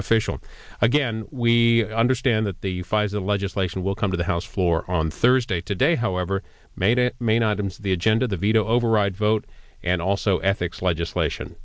official again we understand that the phase the legislation will come to the house floor on thursday today however made it may not in the agenda of the veto override vote and also ethics legislation